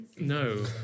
no